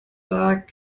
sagt